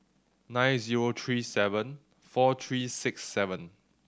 nine zero three seven four three six seven